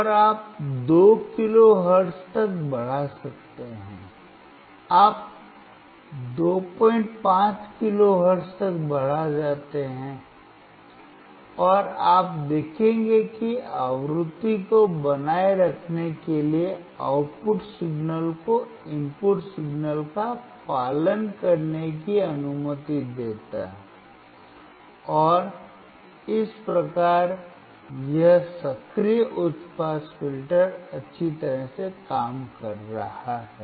और आप 2 kilohertz तक बढ़ा सकते हैं आप 25 किलो हर्ट्ज तक बढ़ जाते हैं और आप देखेंगे कि आवृत्ति को बनाए रखने के लिए आउटपुट सिग्नल को इनपुट सिग्नल का पालन करने की अनुमति देगा और इस प्रकार यह सक्रिय उच्च पास फिल्टर अच्छी तरह से काम कर रहा है